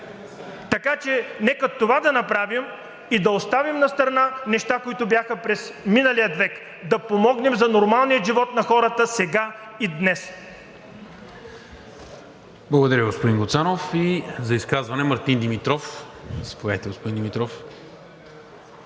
Така че нека това да направим и да оставим настрана неща, които бяха през миналия век, да помогнем за нормалния живот на хората сега и днес. ПРЕДСЕДАТЕЛ НИКОЛА МИНЧЕВ: Благодаря, господин Гуцанов. За изказване – Мартин Димитров. Заповядайте, господин Димитров.